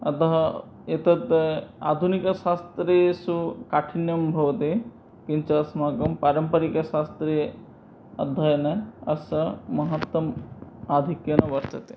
अतः एतद् आधुनिकशास्त्रेषु काठिन्यं भवति किञ्च अस्माकं पारम्परिकशास्त्रे अध्ययने अस्य महत्त्वम् आधिक्येन वर्तते